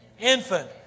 Infant